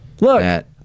Look